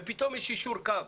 ופתאום יש יישור קו.